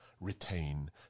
retain